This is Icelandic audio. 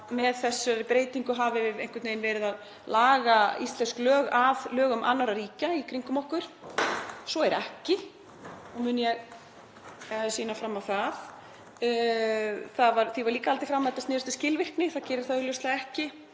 með þessari breytingu sé einhvern veginn verið að laga íslensk lög að lögum annarra ríkja í kringum okkur. Svo er ekki og mun ég sýna fram á það. Því var líka haldið fram að þetta snerist um skilvirkni, það gerir það augljóslega ekki,